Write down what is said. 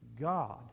God